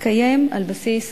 התקיים על בסיס